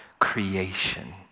creation